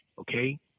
okay